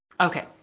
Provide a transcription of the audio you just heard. Okay